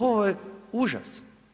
Ovo je užas.